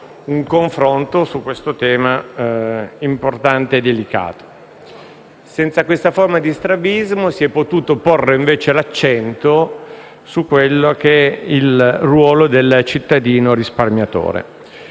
un confronto su questo tema importante e delicato. Senza questa forma di strabismo, si è potuto porre invece l'accento sul ruolo del cittadino risparmiatore.